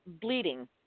bleeding